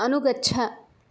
अनुगच्छ